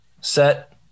Set